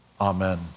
amen